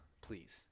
please